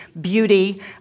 beauty